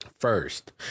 first